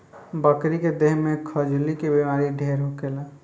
बकरी के देह में खजुली के बेमारी ढेर होखेला